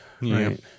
Right